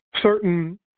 certain